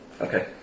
Okay